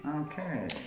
Okay